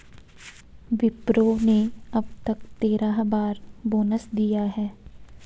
विप्रो ने अब तक तेरह बार बोनस दिया है